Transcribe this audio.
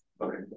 Okay